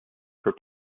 for